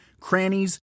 crannies